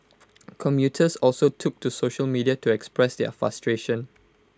commuters also took to social media to express their frustration